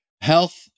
health